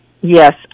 Yes